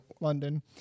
London